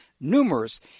numerous